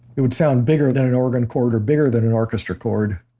it would sound bigger than an organ chord or bigger than an orchestra chord